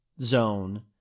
zone